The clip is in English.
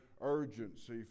urgency